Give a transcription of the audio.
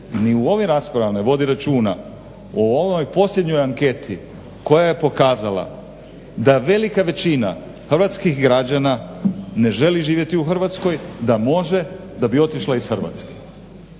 u ovim raspravama ne vodi računa o ovoj posljednjoj anketi koja je pokazala da velika većina hrvatskih građana ne želi živjeti u Hrvatskoj, da može da bi otišla iz Hrvatske.